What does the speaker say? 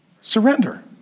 surrender